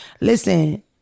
Listen